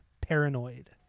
Paranoid